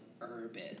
urban